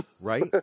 right